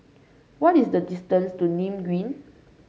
what is the distance to Nim Green